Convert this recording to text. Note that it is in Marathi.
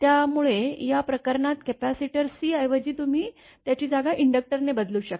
त्यामुळे या प्रकरणात कपॅसिटर C ऐवजी तुम्ही त्याची जागा इंडक्टरने बदलू शकता